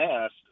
asked